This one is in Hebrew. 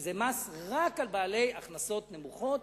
כשזה מס רק על בעלי הכנסות נמוכות.